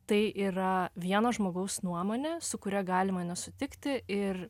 tai yra vieno žmogaus nuomonė su kuria galima nesutikti ir